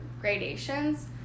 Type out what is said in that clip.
gradations